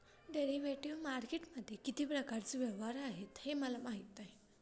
derivative मार्केटमध्ये किती प्रकारचे व्यवहार आहेत हे मला माहीत नाही